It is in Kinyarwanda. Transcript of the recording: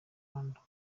wongere